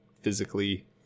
physically